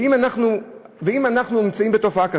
ואם אנחנו נמצאים בתופעה כזאת,